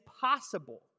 possible